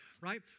right